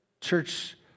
church